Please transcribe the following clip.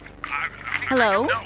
Hello